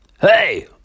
Hey